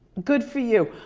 good for you.